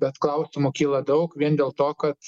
bet klausimų kyla daug vien dėl to kad